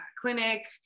clinic